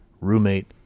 roommate